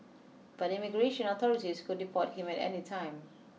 but immigration authorities could deport him at any time